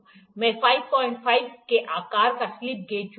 मैं 55 के आकार का स्लिप गेज चुनूंगा